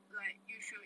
like you should